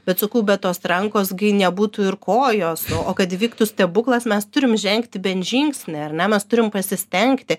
bet sakau be tos rankos nebūtų ir kojos o kad įvyktų stebuklas mes turim žengti bent žingsnį ar mes turim pasistengti